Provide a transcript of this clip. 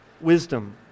wisdom